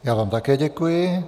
Já vám také děkuji.